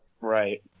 Right